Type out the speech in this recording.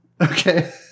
Okay